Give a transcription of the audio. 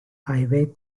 highway